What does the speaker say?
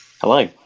hello